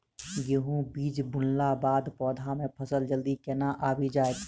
गेंहूँ बीज बुनला बाद पौधा मे फसल जल्दी केना आबि जाइत?